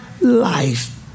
life